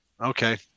Okay